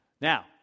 Now